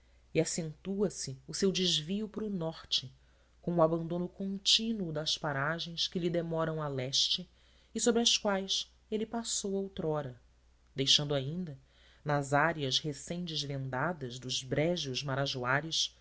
e acentua se o seu desvio para o norte com o abandono contínuo das paragens que lhe demoram a leste e sobre as quais ele passou outrora deixando ainda nas áreas recém desvendadas dos brejos marajoaras